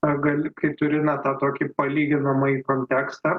pagal kai turime tą tokį palyginamąjį kontekstą